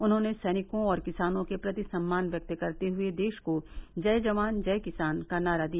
उन्होंने सैनिकों और किसानों के प्रति सम्मान व्यक्त करते हुए देश को जय जवान जय किसान का नारा दिया